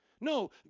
No